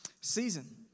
season